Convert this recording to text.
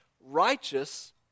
righteous